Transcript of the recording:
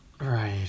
Right